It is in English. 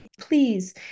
Please